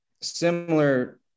similar